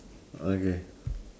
okay